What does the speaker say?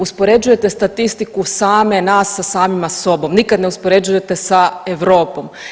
Uspoređujete statistiku same nas sa samima sobom, nikada ne uspoređujete sa Europom.